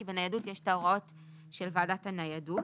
כי בניידות יש את ההוראות של ועדת הניידות.